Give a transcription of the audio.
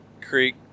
creek